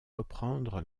reprendre